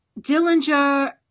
Dillinger